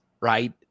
right